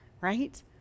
right